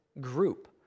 group